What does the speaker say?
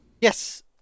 Yes